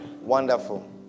Wonderful